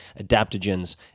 adaptogens